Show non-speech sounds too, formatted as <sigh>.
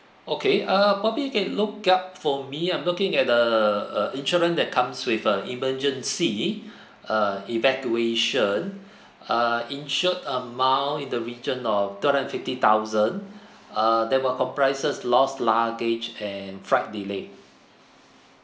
okay uh probably you can look up for me I'm looking at a a insurance that comes with a emergency <breath> uh evacuation uh insured amount in the region of two hundred and fifty thousand uh that will comprises lost luggage and flight delay